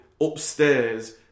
upstairs